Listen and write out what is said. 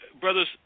Brothers